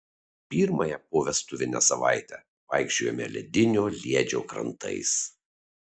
pirmąją povestuvinę savaitę vaikščiojome ledinio liedžio krantais